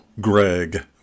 Greg